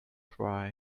dry